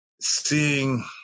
seeing